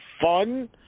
fun